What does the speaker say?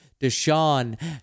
Deshaun